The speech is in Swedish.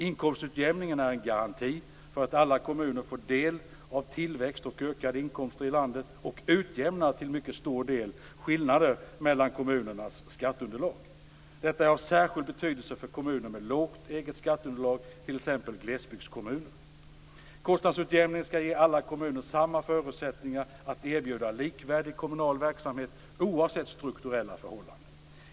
Inkomstutjämningen är en garanti för att alla kommuner får del av tillväxt och ökade inkomster i landet och utjämnar till mycket stor del skillnader mellan kommunernas skatteunderlag. Detta är av särskild betydelse för kommuner med lågt eget skatteunderlag, t.ex. glesbygdskommuner. Kostnadsutjämningen skall ge alla kommuner samma förutsättningar att erbjuda likvärdig kommunal verksamhet oavsett strukturella förhållanden.